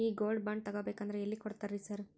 ಈ gold bond ತಗಾಬೇಕಂದ್ರ ಎಲ್ಲಿ ಕೊಡ್ತಾರ ರೇ ಸಾರ್?